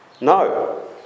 No